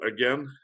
again